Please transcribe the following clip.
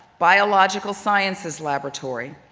biological sciences laboratory.